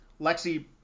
Lexi